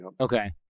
Okay